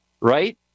right